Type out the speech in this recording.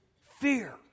fear